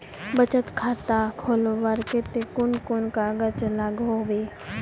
बचत खाता खोलवार केते कुन कुन कागज लागोहो होबे?